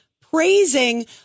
praising